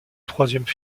troisième